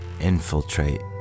infiltrate